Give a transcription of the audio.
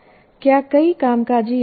क्या कई कामकाजी यादें हैं